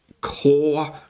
core